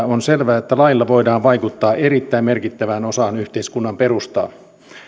on selvää että lailla voidaan vaikuttaa erittäin merkittävään osaan yhteiskunnan perustaa